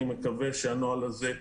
אני מקווה שהנוהל הזה,